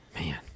Man